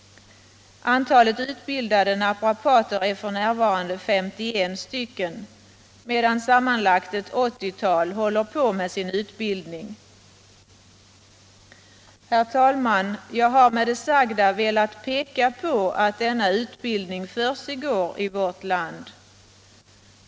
Antalet utbildade naprapater är f. n. 51, medan sammanlagt ett 80-tal håller på med sin utbildning. Herr talman! Jag har med det sagda velat peka på att denna utbildning försiggår i vårt land.